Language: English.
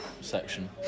section